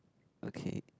okay